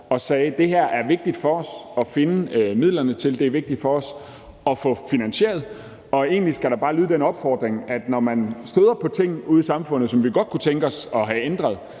og sagde, at det var vigtigt for dem at finde midlerne til det, altså at det var vigtigt for dem at få det finansieret. Og egentlig skal der bare lyde den opfordring, at når man støder på ting ude i samfundet, som man godt kunne tænke sig at få ændret,